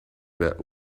but